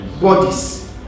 bodies